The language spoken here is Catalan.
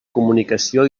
comunicació